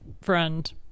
friend